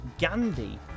Gandhi